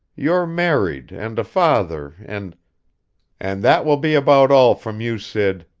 you're married and a father and and that will be about all from you, sid!